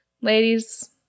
Ladies